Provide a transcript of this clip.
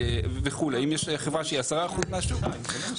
אם יש חברה שהיא 10% מהשוק וכו'.